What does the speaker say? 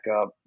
up